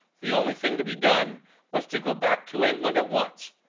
the only thing to be done was to go back to england at once.